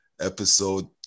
Episode